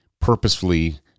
purposefully